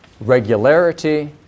regularity